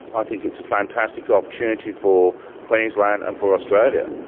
i think it's a fantastic opportunity for queensland and for australia.